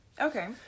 Okay